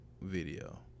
video